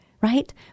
right